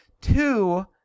Two